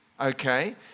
okay